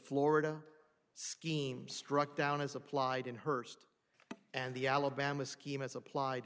florida scheme struck down as applied in hurst and the alabama scheme as applied